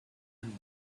and